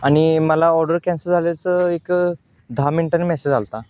आणि मला order cancel झाल्याचं एक दहा मिनटांनी मेसेज आला होता